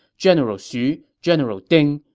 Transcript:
general xu, general ding.